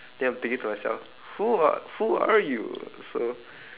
then I am thinking to myself who are who are you so